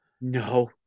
No